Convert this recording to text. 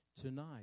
Tonight